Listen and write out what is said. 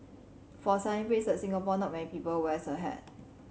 for a sunny place Singapore not many people wears a hat